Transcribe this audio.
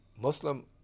Muslim